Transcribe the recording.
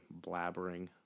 blabbering